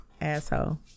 asshole